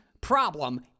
problem